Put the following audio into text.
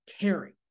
caring